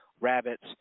rabbits